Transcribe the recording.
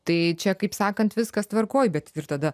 tai čia kaip sakant viskas tvarkoj bet tada